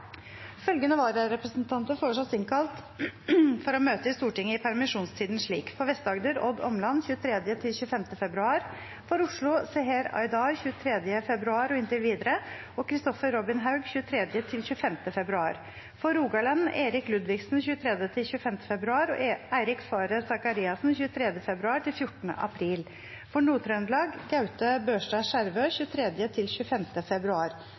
Følgende vararepresentanter innkalles for å møte i permisjonstiden slik: For Vest-Agder: Odd Omland 23.–25. februar For Oslo: Seher Aydar fra 23. februar og inntil videre og Kristoffer Robin Haug 23.–25. februar For Rogaland: Erik Ludvigsen 23.–25. februar og Eirik Faret Sakariassen 23. februar–14. april For Nord-Trøndelag: Gaute Børstad Skjervø